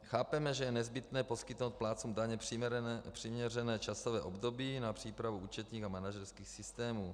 Chápeme, že je nezbytné poskytnout plátcům daně přiměřené časové období na přípravu účetních a manažerských systémů.